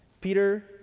Peter